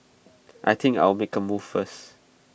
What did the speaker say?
I think I'll make A move first